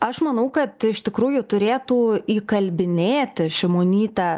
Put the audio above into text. aš manau kad iš tikrųjų turėtų įkalbinėti šimonytę